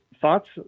thoughts